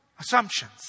Assumptions